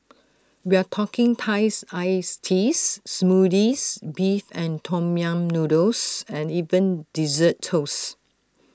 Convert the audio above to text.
we're talking Thai iced teas Smoothies Beef and Tom yam noodles and even Dessert Toasts